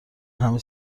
همه